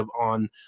on